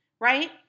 right